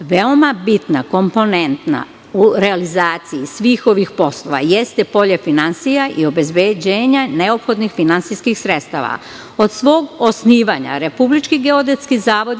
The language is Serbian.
Veoma bitna komponenta u realizaciji svih ovih poslova jeste polje finansija i obezbeđenja neophodnih finansijskih sredstava. Od svog osnivanja RGZ